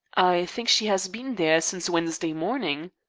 i think she has been there since wednesday morning.